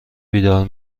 بیدار